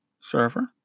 server